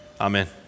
Amen